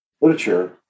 literature